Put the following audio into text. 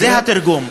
זה התרגום.